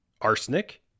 arsenic